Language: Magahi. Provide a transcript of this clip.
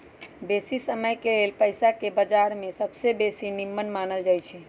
बेशी समयके लेल पइसाके बजार में सबसे बेशी निम्मन मानल जाइत हइ